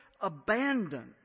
abandoned